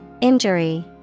injury